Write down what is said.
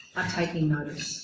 are taking notice